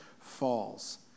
falls